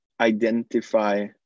identify